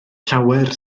llawer